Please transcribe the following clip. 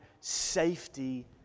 safety